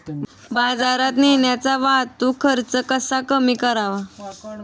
बाजारात नेण्याचा वाहतूक खर्च कसा कमी करावा?